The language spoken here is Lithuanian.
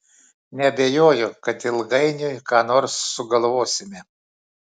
neabejoju kad ilgainiui ką nors sugalvosime